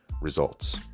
results